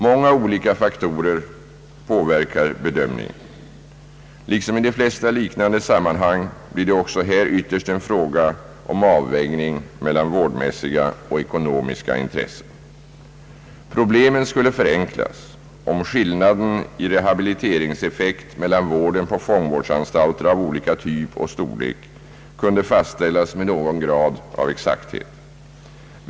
Många olika faktorer påverkar bedömningen. Liksom i de flesta liknande sammanhang blir det också här ytterst en fråga om avvägning mellan vårdmässiga och ekonomiska intressen. Problemen skulle förenklas, om skillnaden i rehabiliteringseffekt mellan vården på fångvårdsanstalter av olika typ och storlek kunde fastställas med någon grad av exakthet.